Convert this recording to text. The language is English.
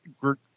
group